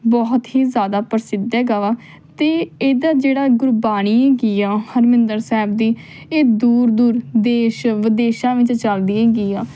ਬਹੁਤ ਹੀ ਜ਼ਿਆਦਾ ਪ੍ਰਸਿੱਧ ਹੈਗਾ ਵਾ ਅਤੇ ਇਹਦਾ ਜਿਹੜਾ ਗੁਰਬਾਣੀ ਹੈਗੀ ਆ ਹਰਮਿੰਦਰ ਸਾਹਿਬ ਦੀ ਇਹ ਦੂਰ ਦੂਰ ਦੇਸ਼ ਵਿਦੇਸ਼ਾ ਵਿੱਚ ਚੱਲਦੀ ਹੈਗੀ ਆ